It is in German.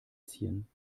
ziehen